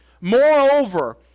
Moreover